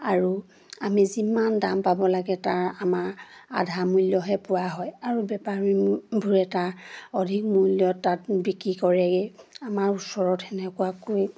আৰু আমি যিমান দাম পাব লাগে তাৰ আমাৰ আধা মূল্যহে পোৱা হয় আৰু বেপাৰীবোৰে তাৰ অধিক মূল্য তাত বিক্ৰী কৰেগৈ আমাৰ ওচৰত সেনেকুৱাকৈ